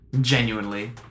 Genuinely